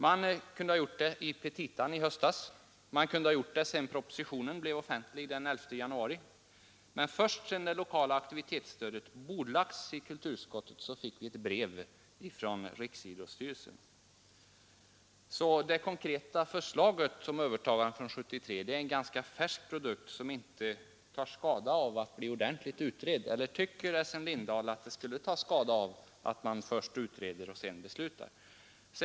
Den kunde ha lagt fram förslag i sina petita i höstas eller när propositionen blev offentlig den 11 januari. Det har den inte heller gjort. Först sedan förslaget om det lokala aktivitetsstödet bordlagts i kultur utskottet fick vi ett brev från riksidrottsstyrelsen. Det konkreta förslaget om övertagande från 1973 är alltså en ganska färsk produkt, som inte tar skada av att bli ordentligt utredd. Eller tycker Essen Lindahl att förslaget skulle ta skada av att utredas innan vi fattar beslut om det?